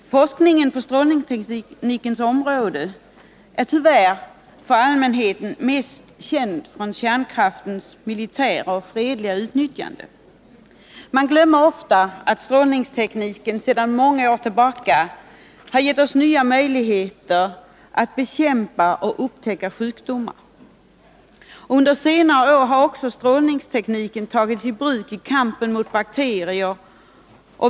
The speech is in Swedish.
Forskningen på strålningsteknikens område är tyvärr för allmänheten mest känd från kärnkraftens militära och fredliga utnyttjande. Man glömmer ofta attstrålningstekniken sedan många år tillbaka har gett oss nya möjligheter att bekämpa och upptäcka sjukdomar. Under senare år har strålningstekniken också tagits i bruk i kampen mot bakterier.